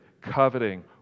coveting